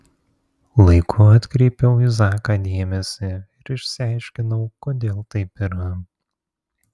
laiku atkreipiau į zaką dėmesį ir išsiaiškinau kodėl taip yra